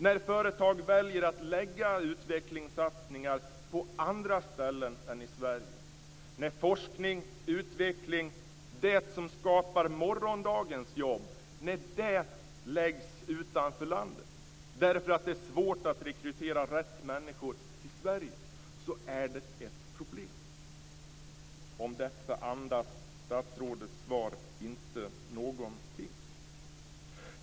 När företag väljer att lägga utvecklingssatsningar på andra ställen än i Sverige, när forskning och utveckling - det som skapar morgondagens jobb - läggs utanför landet därför att det är svårt att rekrytera rätt människor till Sverige är det ett problem. Om detta andas statsrådets svar inte någonting.